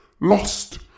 Lost